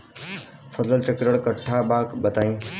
फसल चक्रण कट्ठा बा बताई?